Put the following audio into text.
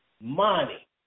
money